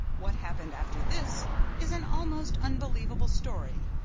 what happened after this is an almost unbelievable story,